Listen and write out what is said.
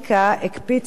גם את הרעיון